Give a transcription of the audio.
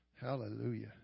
Hallelujah